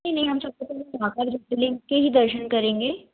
नहीं नहीं हम सबसे पहले महाकाल ज्योतिर्लिंग के ही दर्शन करेंगे